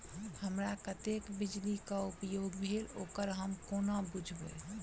हमरा कत्तेक बिजली कऽ उपयोग भेल ओकर हम कोना बुझबै?